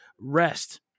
rest